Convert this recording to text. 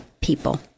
people